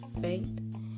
faith